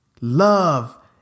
love